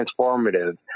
transformative